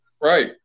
Right